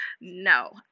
no